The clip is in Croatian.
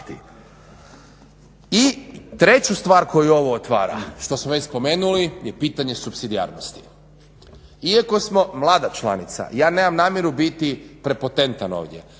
I treću stvar koju ovo otvara, što smo već spomenuli je pitanje supsidijarnosti. Iako smo mlada članica, ja nemam namjeru biti prepotentan ovdje,